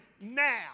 now